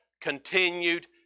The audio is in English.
continued